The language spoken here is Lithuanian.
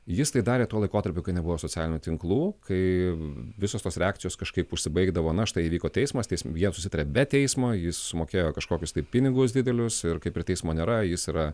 jis tai darė tuo laikotarpiu kai nebuvo socialinių tinklų kai visos tos reakcijos kažkaip užsibaigdavo na štai įvyko teismas jie susitarė be teismo jis sumokėjo kažkokius tai pinigus didelius ir kaip ir teismo nėra jis yra